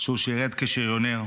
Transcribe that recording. שבו הוא שירת כשריונר.